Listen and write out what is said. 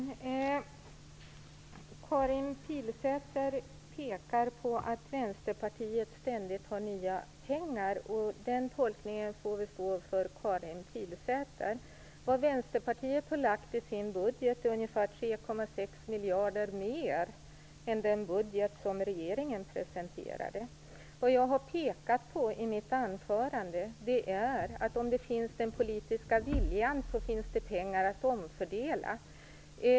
Fru talman! Karin Pilsäter säger att Vänsterpartiet ständigt har nya pengar. Den tolkningen får stå för Karin Pilsäter. Vad Vänsterpartiet har föreslagit i sin budget är ungefär 3,6 miljarder mer än i den budget som regeringen presenterade. Det jag har pekat på i mitt anförande är att det finns pengar att omfördela om den politiska viljan finns.